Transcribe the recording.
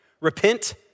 repent